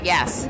Yes